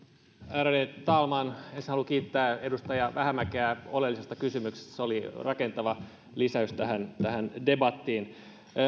ärade talman ensin haluan kiittää edustaja vähämäkeä oleellisesta kysymyksestä se oli rakentava lisäys tähän tähän debattiin